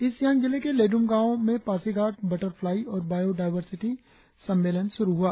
east Siang जिले के लेदुम गाव में पासीघाट बटरफ्लाई और बायो डायवर्सिटी सम्मेलन शुरु हुआ